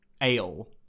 ale